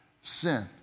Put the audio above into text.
sin